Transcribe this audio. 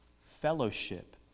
fellowship